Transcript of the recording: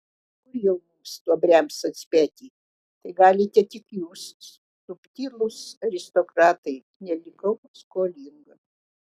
kur jau mums stuobriams atspėti tai galite tik jūs subtilūs aristokratai nelikau skolinga